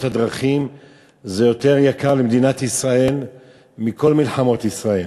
הדרכים יותר יקרה למדינת ישראל מכל מלחמות ישראל,